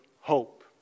hope